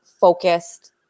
focused